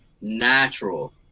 natural